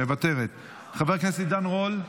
מוותרת, חבר הכנסת עידן רול,